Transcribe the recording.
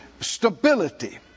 stability